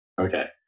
Okay